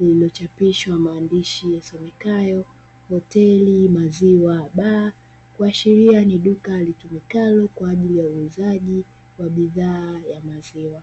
limechapishwa maandishi yasomekayo "hoteli maziwa baa". Kuashiria ni duka litumikalo kwa ajili ya uuzaji wa bidhaa ya maziwa.